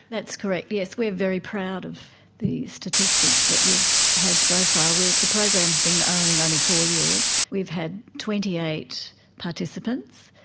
that's correct, yes, we are very proud of the statistics that we've had so far. the program has been ah running only four years, we've had twenty eight participants,